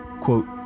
quote